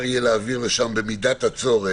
עד עכשיו